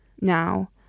now